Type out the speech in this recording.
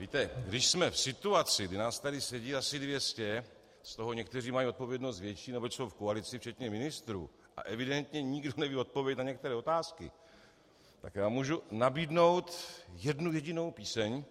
Víte, když jsme v situaci, kdy nás tady sedí asi dvě stě, z toho někteří mají odpovědnost větší, neboť jsou v koalici, včetně ministrů, a evidentně nikdo neví odpověď na některé otázky, tak já můžu nabídnout jednu jedinou píseň.